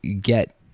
get